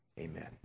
amen